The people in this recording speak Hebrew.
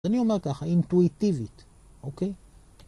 אני אומר ככה, אינטואיטיבית אוקיי?